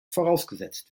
vorausgesetzt